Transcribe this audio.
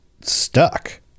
stuck